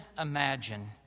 imagine